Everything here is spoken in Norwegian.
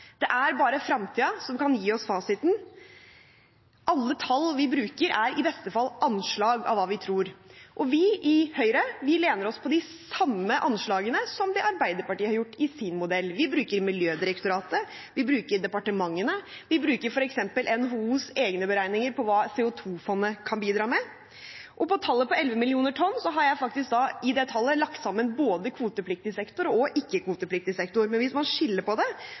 Det er bare fremtiden som kan gi oss fasiten. Alle tall vi bruker, er i beste fall anslag av hva vi tror, og vi i Høyre lener oss på de samme anslagene som Arbeiderpartiet har gjort i sin modell. Vi bruker Miljødirektoratet, vi bruker departementene, vi bruker f.eks. NHOs egne beregninger om hva CO2-fondet kan bidra med. Når det gjelder tallet 11 millioner tonn, har jeg lagt sammen både kvotepliktig sektor og ikke-kvotepliktig sektor. Men hvis man skiller på det,